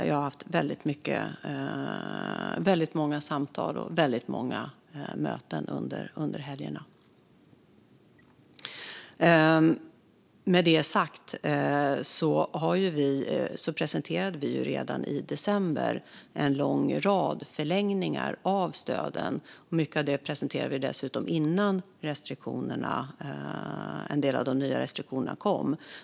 Jag har haft väldigt många samtal och möten under helgerna. Med detta sagt presenterade vi redan i december en lång rad förlängningar av stöden. Mycket av detta presenterade vi dessutom innan en del av de nya restriktionerna kom.